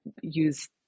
use